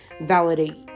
validate